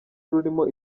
rurimo